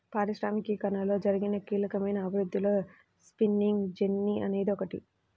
పారిశ్రామికీకరణలో జరిగిన కీలకమైన అభివృద్ధిలో స్పిన్నింగ్ జెన్నీ అనేది ఒకటి